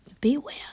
Beware